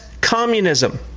communism